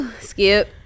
Skip